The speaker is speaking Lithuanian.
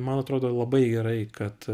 man atrodo labai gerai kad